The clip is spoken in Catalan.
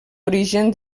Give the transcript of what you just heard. origen